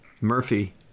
Murphy